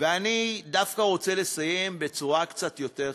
ואני דווקא רוצה לסיים בצורה קצת יותר חיובית: